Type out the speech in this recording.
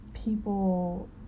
people